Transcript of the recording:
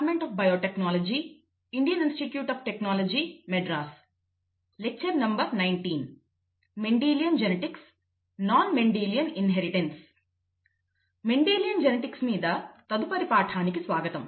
Mendelian genetics non Mendelian inheritance Mendelian genetics మీద తదుపరి పాఠానికి స్వాగతం